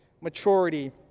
maturity